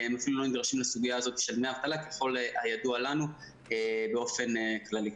הם אפילו לא נדרשים לסוגיה הזאת של דמי אבטלה ככל הידוע לנו באופן כללי.